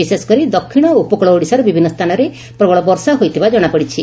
ବିଶେଷକରି ଦକ୍ଷିଣ ଓ ଉପକ୍ଳ ଓଡ଼ିଶାର ବିଭିନ୍ନ ସ୍ଥାନରେ ପ୍ରବଳ ବର୍ଷା ହୋଇଥିବା ଜଶାପଡ଼ିଛି